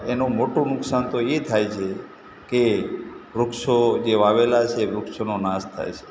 એનું મોટું નુકસાન તો એ થાય છે કે વૃક્ષો જે વાવેલા છે વૃક્ષોનો નાશ થાય છે